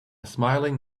smiling